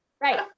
right